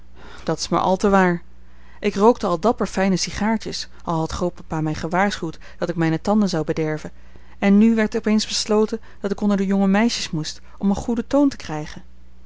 dat is maar al te waar ik rookte al dapper fijne sigaartjes al had grootpapa mij gewaarschuwd dat ik mijne tanden zou bederven en nu werd op eens besloten dat ik onder de jonge meisjes moest om een goeden toon te krijgen